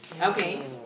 Okay